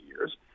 years